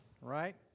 right